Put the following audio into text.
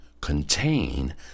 contain